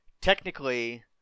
technically